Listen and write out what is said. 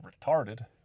retarded